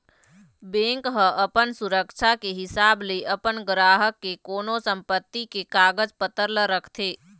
bank ह अपन सुरक्छा के हिसाब ले अपन गराहक के कोनो संपत्ति के कागज पतर ल रखथे